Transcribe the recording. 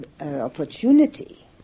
opportunity